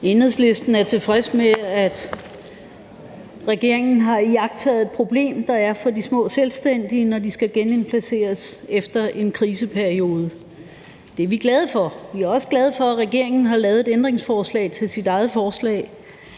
Enhedslisten er tilfreds med, at regeringen har iagttaget et problem, der er for de små selvstændige, når de skal genindplaceres efter en kriseperiode. Det er vi glade for. Vi er også glade for, at regeringen har lavet et ændringsforslag til sit eget forslag,